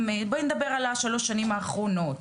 בואי נדבר על השלוש שנים האחרונות,